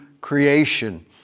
creation